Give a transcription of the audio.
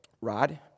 Rod